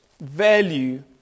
value